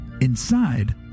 inside